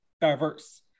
diverse